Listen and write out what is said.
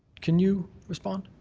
can you respond?